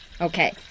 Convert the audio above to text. Okay